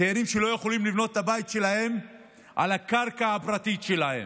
צעירים שלא יכולים לבנות את הבית שלהם על הקרקע הפרטית שלהם.